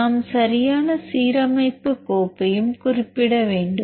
நாம் சரியான சீரமைப்பு கோப்பையும் குறிப்பிட வேண்டும்